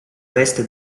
veste